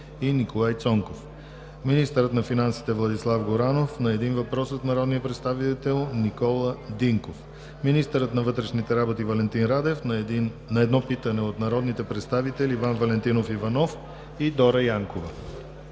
министърът на финансите Владислав Горанов – на 1 въпрос от народния представител Никола Динков; - министърът на вътрешните работи Валентин Радев – на 1 питане от народните представители Иван Валентинов Иванов и Дора Янкова;